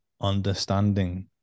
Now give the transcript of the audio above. understanding